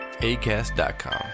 ACAST.com